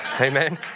Amen